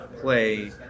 play